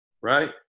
right